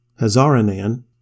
Hazaranan